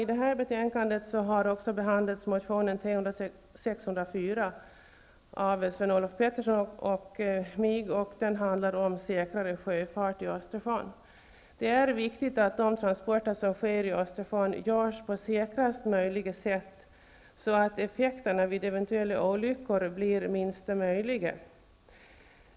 I detta betänkande har också behandlats motion T604 av Sven-Olof Petersson och mig, och den handlar om säkrare sjöfart i Östersjön. Det är viktigt att de transporter som sker i Östersjön görs på säkrast möjliga sätt, så att effekterna vid eventuella olyckor blir minsta möjliga.